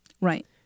right